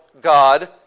God